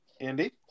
Andy